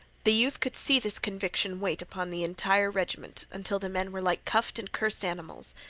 the youth could see this conviction weigh upon the entire regiment until the men were like cuffed and cursed animals,